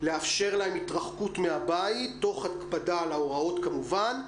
לאפשר להם התרחקות מהבית תוך הקפדה על ההוראות כמובן.